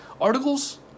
articles